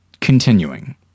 continuing